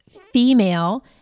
female